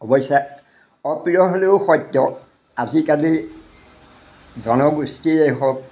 অৱশ্যে অপ্ৰিয় হ'লেও সত্য আজিকালি জনগোষ্ঠীয়ে হওক